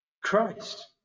Christ